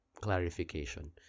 clarification